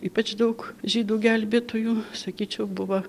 ypač daug žydų gelbėtojų sakyčiau buvo